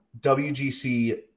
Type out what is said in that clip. WGC